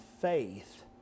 faith